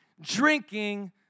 drinking